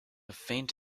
faint